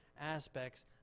aspects